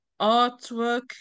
artwork